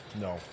No